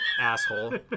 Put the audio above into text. Asshole